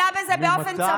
לא רציתם לבדוק את זה.